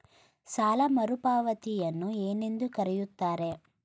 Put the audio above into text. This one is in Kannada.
ಸಾಲ ಮರುಪಾವತಿಯನ್ನು ಏನೆಂದು ಕರೆಯುತ್ತಾರೆ?